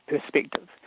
perspective